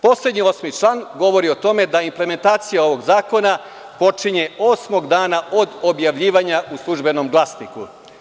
Poslednji osmi član govori o tome da implementacija ovog zakona počinje osmog dana od objavljivanja u „Službenom glasniku“